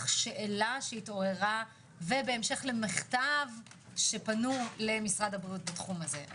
שאלה שהתעוררה ובהמשך למכתב שפנו למשרד הבריאות בתחום הזה.